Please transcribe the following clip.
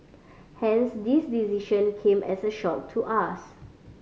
hence this decision came as a shock to us